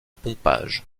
pompage